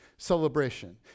celebration